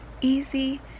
Easy